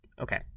Okay